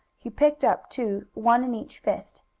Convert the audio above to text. he picked up two, one in each fist.